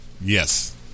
Yes